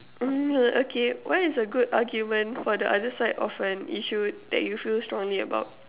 mm okay what is a good argument for the other side of an issue that you feel strongly about